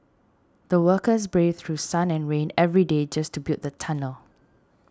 the workers braved through sun and rain every day just to build the tunnel